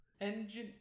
Engine